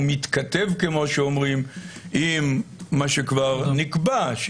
הוא מתכתב עם מה שכבר נקבע,